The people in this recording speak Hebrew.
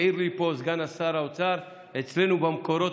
העיר לי פה סגן שר האוצר: אצלנו במקורות